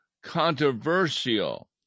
controversial